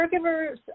caregivers